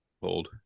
Hold